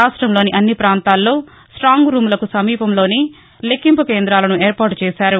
రాష్టంలోని అన్ని ప్రాంతాల్లో ప్రాంగ్ రూములకు సమీపంలోనే లెక్కింపు కేంద్రాలను ఏర్పాటు చేశారు